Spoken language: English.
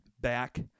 back